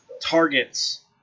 targets